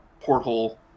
porthole